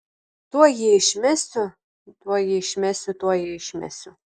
tuoj jį išmesiu tuoj jį išmesiu tuoj jį išmesiu